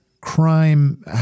crime